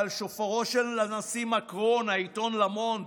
אבל שופרו של הנשיא מקרון, העיתון Le Monde,